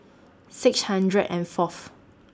six hundred and Fourth